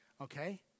Okay